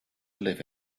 live